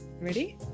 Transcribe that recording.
Ready